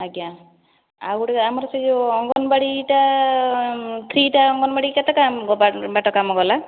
ଆଜ୍ଞା ଆଉ ଗୋଟିଏ ଆମର ସେ ଯେଉଁ ଅଙ୍ଗନବାଡ଼ିଟା ଥ୍ରୀଟା ଅଙ୍ଗନବାଡ଼ି କେତେଟା ବାଟ କାମ ଗଲା